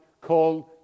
called